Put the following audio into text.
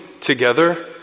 together